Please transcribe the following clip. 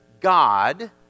God